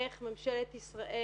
איך ממשלת ישראל